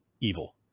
evil